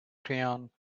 crayon